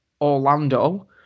Orlando